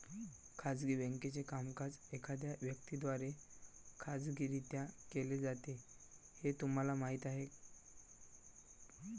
खाजगी बँकेचे कामकाज एखाद्या व्यक्ती द्वारे खाजगीरित्या केले जाते हे तुम्हाला माहीत आहे